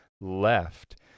left